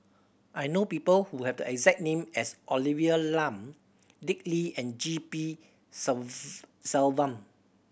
I know people who have the exact name as Olivia Lum Dick Lee and G P Selvam